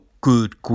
good